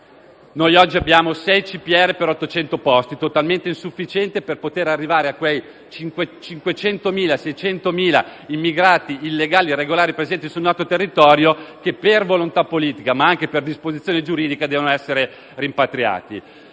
Noi oggi abbiamo sei CPR per 800 posti, totalmente insufficienti per poter gestire quei 500.000 o 600.000 immigrati illegali e irregolari presenti sul nostro territorio, che, per volontà politica, ma anche per disposizioni giuridiche, devono essere rimpatriati.